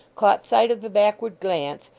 caught sight of the backward glance,